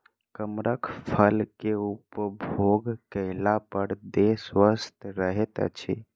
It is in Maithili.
कमरख फल के उपभोग कएला पर देह स्वस्थ रहैत अछि